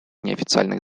неофициальных